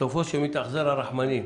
סופו שמתאכזר על רחמנים".